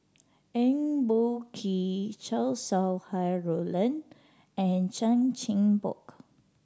Eng Boh Kee Chow Sau Hai Roland and Chan Chin Bock